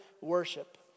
worship